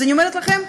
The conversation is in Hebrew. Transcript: אז אני אומרת לכם,